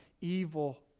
evil